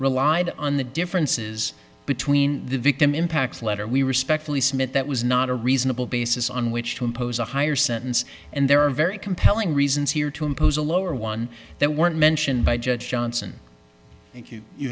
relied on the differences between the victim impact letter we respectfully submit that was not a reasonable basis on which to impose a higher sentence and there are very compelling reasons here to impose a lower one that weren't mentioned by judge johnson